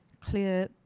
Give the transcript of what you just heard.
clear